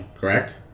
correct